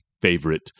favorite